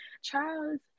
Charles